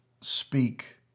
speak